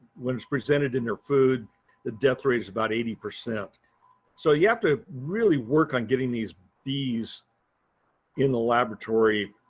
when it's presented in their food the death rate is about eighty. so you have to really work on getting these bees in the laboratory.